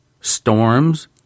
storms